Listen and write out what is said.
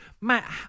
Matt